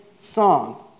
song